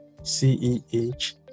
ceh